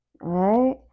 right